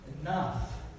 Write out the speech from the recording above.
enough